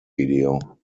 video